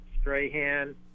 Strahan